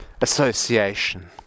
association